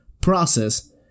process